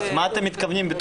מה אתם מתכוונים?